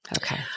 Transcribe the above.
Okay